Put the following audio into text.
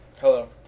Hello